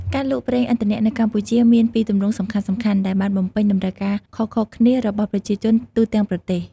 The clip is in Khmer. ការលក់ប្រេងឥន្ធនៈនៅកម្ពុជាមានពីរទម្រង់សំខាន់ៗដែលបានបំពេញតម្រូវការខុសៗគ្នារបស់ប្រជាជនទូទាំងប្រទេស។